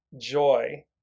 joy